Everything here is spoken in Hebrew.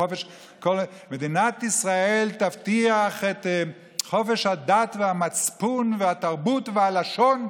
מדינת ישראל תבטיח את חופש הדת והמצפון והתרבות והלשון,